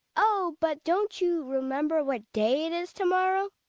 oh! but don't you remember what day it is to-morrow?